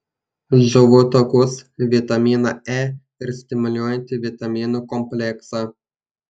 žuvų taukus vitaminą e ir stimuliuojantį vitaminų kompleksą